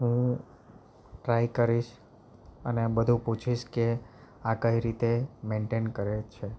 હું ટ્રાય કરીશ અને બધું પૂછીશ કે આ કઈ રીતે મેન્ટેન કરે છે